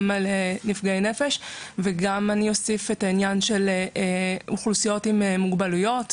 גם על נפגעי נפש וגם אוסיף את העניין של אוכלוסיות עם מוגבלויות,